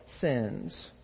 sins